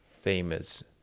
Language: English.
famous